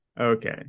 okay